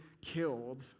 killed